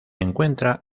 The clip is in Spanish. encuentra